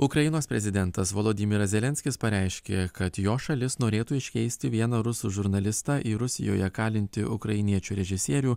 ukrainos prezidentas volodimiras zelenskis pareiškė kad jo šalis norėtų iškeisti vieną rusų žurnalistą į rusijoje kalintį ukrainiečių režisierių